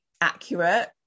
accurate